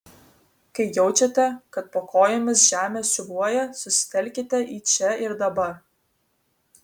kai jaučiate kad po kojomis žemė siūbuoja susitelkite į čia ir dabar